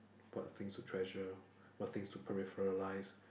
what things to treasure what things to peripheralise